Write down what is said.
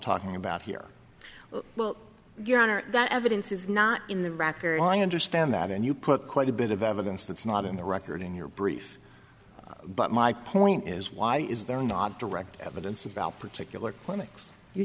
talking about here well your honor that evidence is not in the record i understand that and you put quite a bit of evidence that's not in the record in your brief but my point is why is there not direct evidence about particular clinic's you